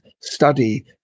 study